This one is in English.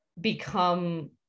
become